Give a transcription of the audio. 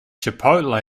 chipotle